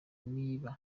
niba